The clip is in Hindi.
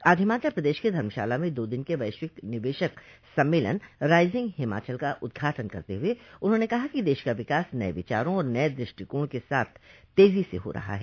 आज हिमाचल प्रदेश के धर्मशाला में दो दिन क वैश्विक निवेशक सम्मेलन राइजिंग हिमाचल का उद्घाटन करते हुए उन्होंने कहा कि देश का विकास नये विचारों और नये दुष्टिकाण के साथ तेजी से हो रहा है